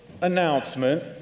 announcement